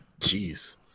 Jeez